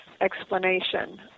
explanation